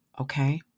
Okay